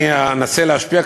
אני אנסה להשפיע,